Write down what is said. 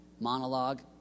Monologue